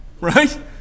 Right